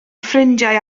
ffrindiau